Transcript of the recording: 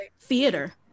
theater